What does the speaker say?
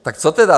Tak co tedy?